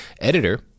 editor